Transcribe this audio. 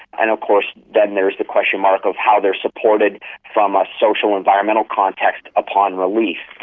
and of course then there's the question mark of how they are supported from a social, environmental context upon release.